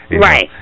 Right